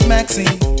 Maxine